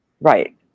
Right